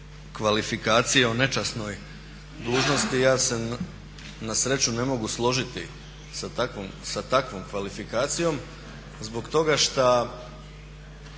kvalifikacije o nečasnoj dužnosti ja se na sreću ne mogu složiti sa takvom kvalifikacijom zbog toga šta